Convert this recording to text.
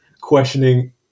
questioning